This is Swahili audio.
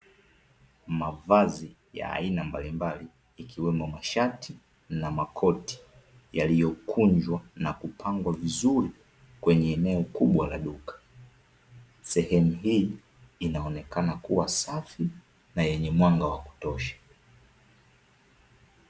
Mavazi ya aina mbalimbali ikiwemo; mashati na makoti yaliyokunjwa na kupangwa vizuri kwenye eneo kubwa la duka. Sehemu hii inaonekana kuwa safi na yenye mwanga wa kutosha.